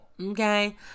Okay